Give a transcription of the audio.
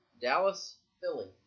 Dallas-Philly